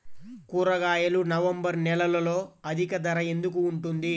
కూరగాయలు నవంబర్ నెలలో అధిక ధర ఎందుకు ఉంటుంది?